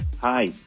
Hi